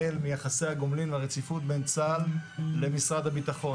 החל מיחסי הגומלין והרציפות בין צה"ל למשרד הביטחון.